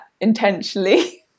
intentionally